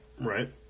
right